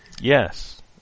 yes